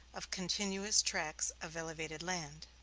of continuous tracts of elevated land.